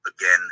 again